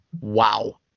Wow